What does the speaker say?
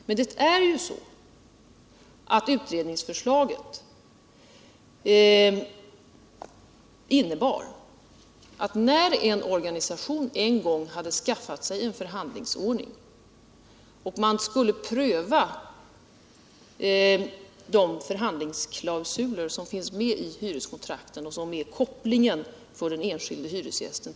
Men det är ju så att utredningsförslaget innebar att när en organisation en gång hade skaffat sig en förhandlingsordning skulle man pröva de förhandlingsklausuler som är intagna i hyreskontrakten och som är kopplingen till förhandlingsordningen för den enskilda hyresgästen.